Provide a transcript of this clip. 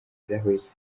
idahwitse